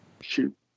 Shoot